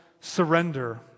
surrender